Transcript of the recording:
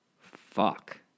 Fuck